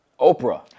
Oprah